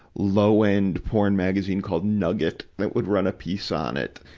low-end porn magazine called nugget that would run a piece on it.